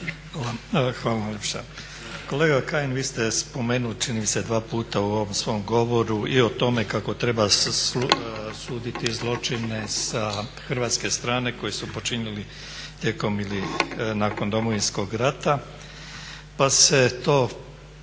(HDZ)** Hvala najljepša. Kolega Kajin, vi ste spomenuli čini mi se dva puta u ovom svom govoru i o tome kako treba suditi zločine sa hrvatske strane koje su počinili tijekom ili nakon Domovinskog rata pa se to